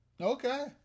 Okay